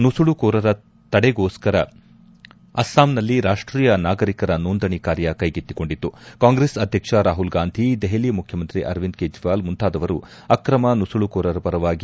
ನುಸುಳುಕೋರರ ತಡೆಗೋಸ್ತರ ಆಸ್ಸಾಂನಲ್ಲಿ ರಾಷ್ಷೀಯ ನಾಗರಿಕರ ನೊಂದಣಿ ಕಾರ್ಯ ಕೈಗೆತ್ತಿ ಕೊಂಡಿತ್ತು ಕಾಂಗ್ರೆಸ್ ಅಧ್ಯಕ್ಷ ರಾಹುಲ್ ಗಾಂಧಿ ದೆಹಲಿ ಮುಖ್ಲಮಂತ್ರಿ ಅರವಿಂದ್ ಕೇಜ್ರಿವಾಲ್ ಮುಂತಾದವರು ಅಕ್ರಮ ನುಸುಳು ಕೋರರ ಪರವಾಗಿ ವಾದ ಮಾಡುತ್ತಿದ್ದಾರೆ